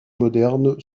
moderne